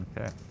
Okay